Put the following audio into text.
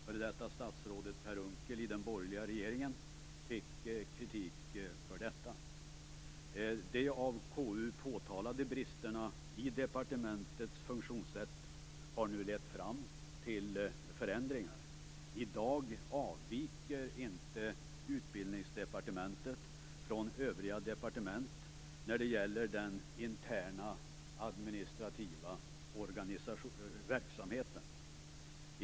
F.d. statsrådet Per Unckel i den borgerliga regeringen fick kritik för detta. De av KU påtalade bristerna i departementets funktionssätt har nu lett fram till förändringar. I dag avviker inte Utbildningsdepartementet från övriga departement när det gäller den interna administrativa verksamheten.